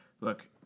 look